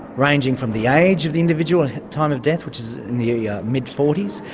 ranging from the age of the individual, time of death, which is in the ah mid forty s,